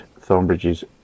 Thornbridge's